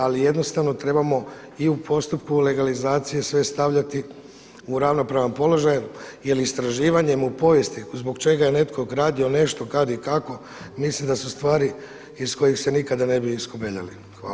Ali jednostavno trebamo i u postupku legalizacije sve stavljati u ravnopravan položaj, jer istraživanjem u povijesti zbog čega je netko gradio nešto, kad i kako mislim da su stvari iz kojih se nikada ne bi iskobeljali.